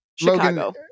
Chicago